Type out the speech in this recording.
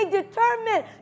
determined